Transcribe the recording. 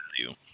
value